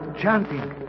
Chanting